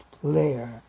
player